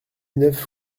neuf